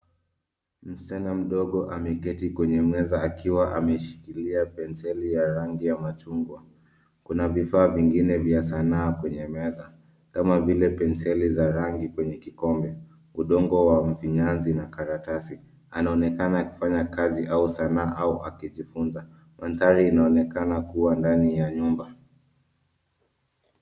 Msichana mdogo ameketi kwenye meza akiwa ameshikilia penseli ya rangi ya machungwa. Kuna vifaa vingine vya sanaa kwenye meza kama vile: penseli za rangi kwenye kikombe, udongo wa mfinyanzi na karatasi. Anaonekana akifanya kazi au sanaa au akijifunza. Mandhari inaonekana kuwa ndani ya nyumba.